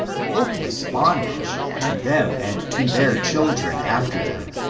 hopeless bondage to them and to their children after them!